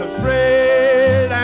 afraid